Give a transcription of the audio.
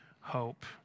hope